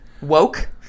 woke